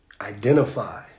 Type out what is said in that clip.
identify